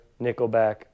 Nickelback